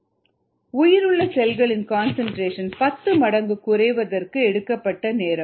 303kd log10 உயிருள்ள செல்களின் concentration 10 மடங்கு குறைவதற்கு எடுக்கப்பட்ட நேரம்